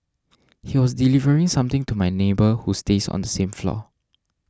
he was delivering something to my neighbour who stays on the same floor